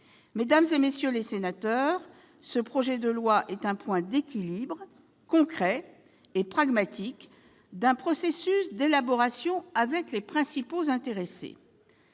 Mesdames, messieurs les sénateurs, ce projet de loi représente le point d'équilibre concret et pragmatique d'un processus d'élaboration avec les principaux intéressés.